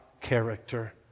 character